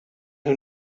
who